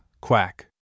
Quack